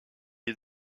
les